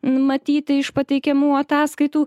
matyti iš pateikiamų ataskaitų